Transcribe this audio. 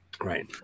Right